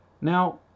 Now